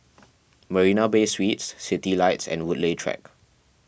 Marina Bay Suites Citylights and Woodleigh Track